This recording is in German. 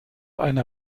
eine